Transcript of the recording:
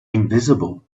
invisible